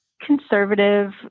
conservative